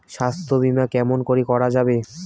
স্বাস্থ্য বিমা কেমন করি করা যাবে?